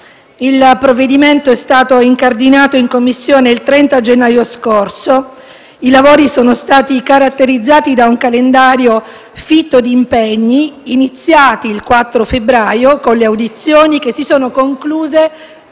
Il provvedimento in esame è stato incardinato in Commissione il 30 gennaio scorso. I lavori sono stati caratterizzati da un calendario fitto di impegni, iniziati il 4 febbraio con le audizioni che si sono concluse il